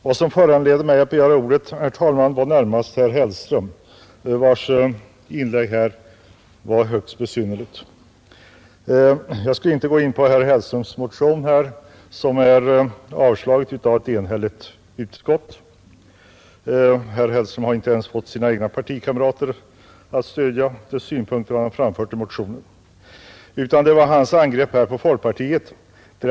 Vad som föranledde mig att begära ordet var närmast herr Hellströms högst besynnerliga inlägg. Jag skall inte gå in på herr Hellströms motion, som är avstyrkt av ett enhälligt utskott. Herr Hellström har inte ens fått sina egna partikamrater att stödja de synpunkter han framfört i motionen. Jag vill i stället ta upp hans angrepp på folkpartiet.